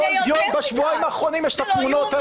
כל יום בשבועיים האחרונים יש את התמונות האלה.